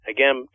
Again